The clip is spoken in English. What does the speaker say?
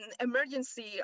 emergency